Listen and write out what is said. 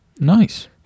Nice